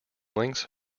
links